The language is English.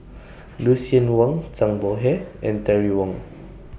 Lucien Wang Zhang Bohe and Terry Wong